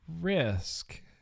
risk